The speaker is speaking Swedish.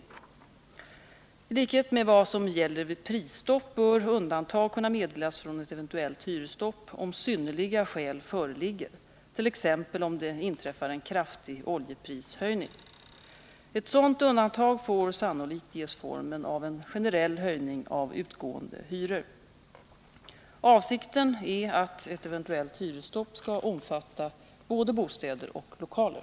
I likhet med vad som gäller vid prisstopp bör undantag kunna meddelas från ett eventuellt hyresstopp, om synnerliga skäl föreligger, t.ex. om det inträffar en kraftig oljeprishöjning. Ett sådant undantag får sannolikt ges formen av en generell höjning av utgående hyror. Avsikten är att ett eventuellt hyresstopp skall omfatta både bostäder och lokaler.